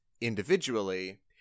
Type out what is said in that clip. individually